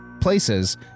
places